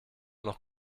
noch